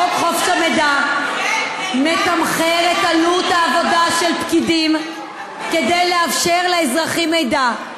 חוק חופש המידע מתמחר את עלות העבודה של פקידים כדי לאפשר לאזרחים מידע,